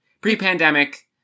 Pre-pandemic